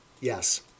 Yes